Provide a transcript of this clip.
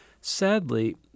Sadly